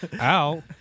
Ow